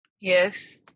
yes